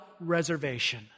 reservation